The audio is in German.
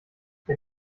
der